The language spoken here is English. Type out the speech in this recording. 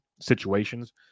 situations